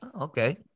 Okay